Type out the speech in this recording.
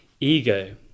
ego